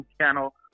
channel